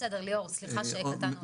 בסדר ליאור, סליחה שקטענו אותך.